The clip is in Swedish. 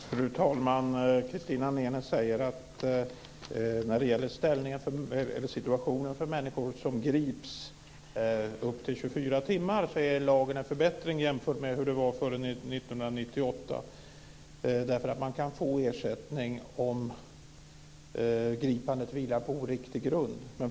Fru talman! Christina Nenes säger att lagen i förhållande till hur det var före 1989 innebär en förbättring av situationen för människor som är gripna i upp till 24 timmar, eftersom man kan få ersättning om gripandet vilar på oriktig grund.